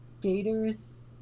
gators